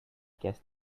guess